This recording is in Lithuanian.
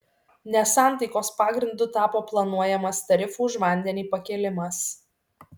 nesantaikos pagrindu tapo planuojamas tarifų už vandenį pakėlimas